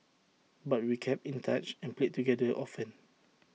but we kept in touch and played together often